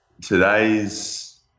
today's